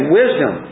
wisdom